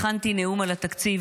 הכנתי נאום על התקציב,